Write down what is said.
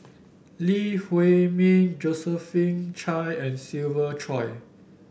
Lee Huei Min Josephine Chia and Siva Choy